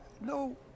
No